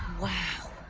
wow.